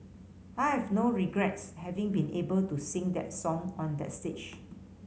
I have no regrets having been able to sing that song on that stage